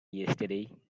yesterday